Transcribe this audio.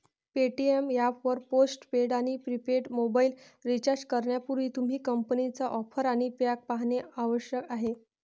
Paytm app वर postpaid आणि prepaid mobile recharge करण्यापूर्वी, तुम्ही कंपनीच्या ऑफर आणि पॅक पाहणे आवश्यक आहे